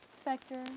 Spectre